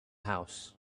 house